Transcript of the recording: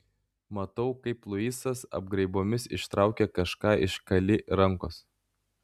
matau kaip luisas apgraibomis ištraukia kažką iš kali rankos